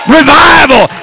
revival